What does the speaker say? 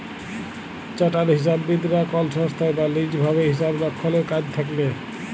chartered হিসাববিদ রা কল সংস্থায় বা লিজ ভাবে হিসাবরক্ষলের কাজে থাক্যেল